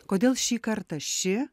kodėl šį kartą ši